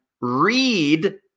read